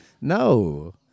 No